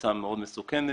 קבוצה מאוד מסוכנת.